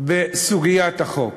בסוגיית החוק.